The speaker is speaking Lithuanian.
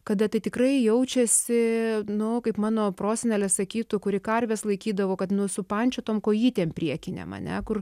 kada tai tikrai jaučiasi nu kaip mano prosenelė sakytu kuri karves laikydavo kad nu supančiotom kojytėm priekinėm ane kur